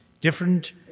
different